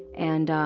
and